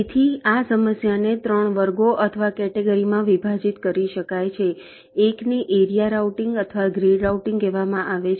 તેથી આ સમસ્યાને 3 વર્ગો અથવા કેટેગરી માં વિભાજિત કરી શકાય છે એકને એરિયા રાઉટીંગ અથવા ગ્રીડ રાઉટીંગ કહેવામાં આવે છે